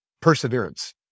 perseverance